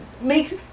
makes